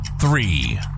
three